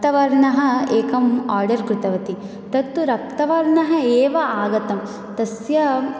रक्तवर्णः एकम् आर्डर् कृतवती तत् तु रक्तवर्णः एव आगतं तस्य